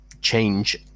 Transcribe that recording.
change